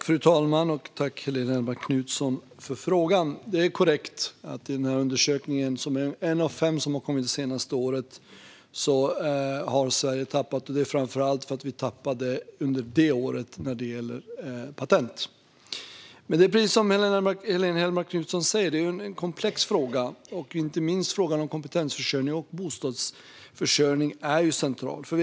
Fru talman! Tack, Helene Hellmark Knutsson, för frågan! Det är korrekt att Sverige har tappat i denna undersökning, som är en av fem som har kommit det senaste året. Under just detta år tappade vi i patent. Men precis som Helene Hellmark Knutsson säger är det här en komplex fråga. Inte minst frågorna om kompetens och bostadsförsörjning är centrala.